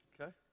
okay